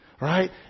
right